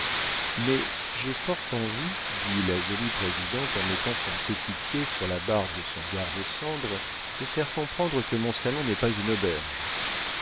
mais j'ai fort envie dit la jolie présidente en mettant son petit pied sur la barre de son garde cendres de faire comprendre que mon salon n'est pas une auberge